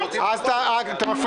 אנחנו רוצים --- אתה מפריע.